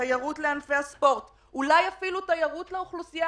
תיירות לענפי הספורט ואולי אפילו תיירות לאוכלוסייה